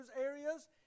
areas